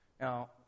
Now